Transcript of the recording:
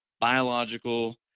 biological